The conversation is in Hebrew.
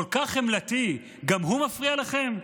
כל כך חמלתי, גם הוא מפריע לכם?